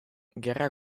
gerra